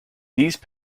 these